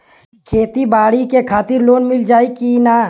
खेती बाडी के खातिर लोन मिल जाई किना?